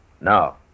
No